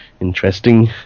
Interesting